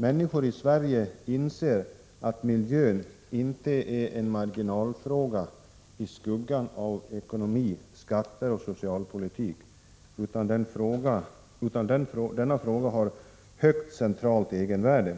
Människor i Sverige inser att miljön inte är en marginalfråga i skuggan av ekonomi, skatter och socialpolitik, utan denna fråga har högt centralt egenvärde.